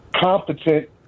competent